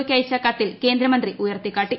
യ്ക്ക് അയച്ച കത്തിൽ കേന്ദ്രമന്ത്രി ഉയർത്തിക്കാട്ടി